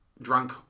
drunk